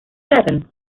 seven